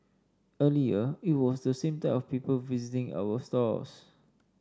earlier it was the same type of people visiting our stores